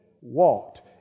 walked